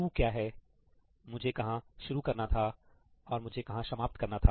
टू'to' क्या है मुझे कहां शुरू करना था और मुझे कहां समाप्त करना था